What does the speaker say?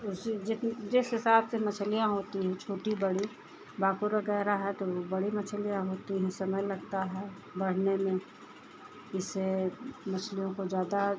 उस जित जिस हिसाब से मछलियाँ होती हैं छोटी बड़ी भाकुर वग़ैरह हैं तो बड़ी मछलियाँ होती हैं समय लगता है बढ़ने में इससे मछलियों को ज़्यादा